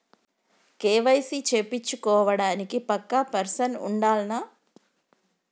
KYC చేపిచ్చుకోవడానికి పక్కా person ఉండాల్నా?